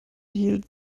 hielt